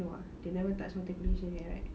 no ah they never touch multiplication yet right